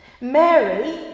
Mary